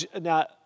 now